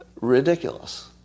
Ridiculous